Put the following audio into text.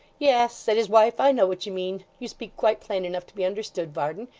yes, said his wife, i know what you mean. you speak quite plain enough to be understood, varden.